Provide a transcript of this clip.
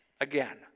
again